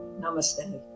Namaste